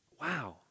wow